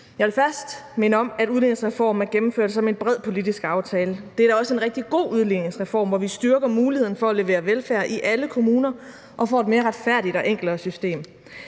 Jeg vil først minde om, at udligningsreformen er gennemført som en bred politisk aftale. Det er da også en rigtig god udligningsreform, hvor vi styrker muligheden for at levere velfærd i alle kommuner og får et mere retfærdigt og enklere system.